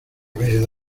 habéis